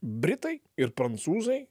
britai ir prancūzai